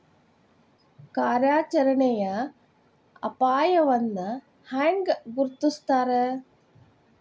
ಕಾರ್ಯಾಚರಣೆಯ ಅಪಾಯವನ್ನ ಹೆಂಗ ಗುರ್ತುಸ್ತಾರ